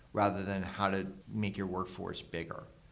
rather than how to make your workforce bigger.